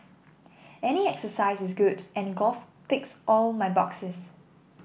any exercise is good and golf ticks all my boxes